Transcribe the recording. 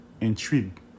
intrigue